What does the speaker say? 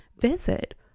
visit